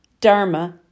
dharma